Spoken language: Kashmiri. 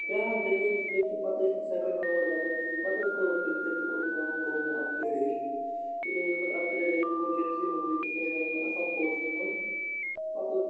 بیٛاکھ دٔلیٖل حظ گٔے کہِ پَتہٕ ٲسۍ نہٕ سٮ۪کٮ۪ڈ راوُنٛڈ کَرٲنی تہٕ پَتہٕ حظ کوٚرُکھ ییٚتہِ تَتہِ کوٚرُکھ راوُنٛڈ گوٚو مےٚ اَپگرٛیڈیشَن ییٚلہِ حظ مےٚ پَتہٕ اَپگرٛیڈیشَن گوٚو جیٚمۍسٕے منٛز بیٚکِس ؤریَس منٛز اَصٕل کورسَس منٛز پَتہٕ حظ